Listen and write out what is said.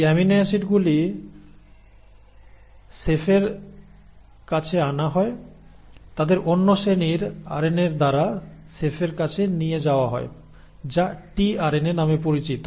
এই অ্যামিনো অ্যাসিডগুলি শেফের কাছে আনা হয় তাদের অন্য শ্রেণীর আরএএনএর দ্বারা শেফের কাছে নিয়ে যাওয়া হয় যা টিআরএনএ নামে পরিচিত